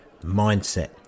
mindset